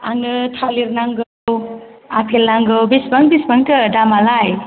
आंनो थालेर नांगौ आफेल नांगौ बिसिबां बिसिबांथो दामालाय